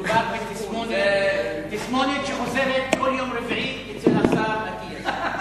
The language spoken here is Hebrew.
מדובר בתסמונת שחוזרת בכל יום רביעי אצל השר אטיאס.